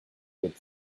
good